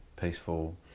peaceful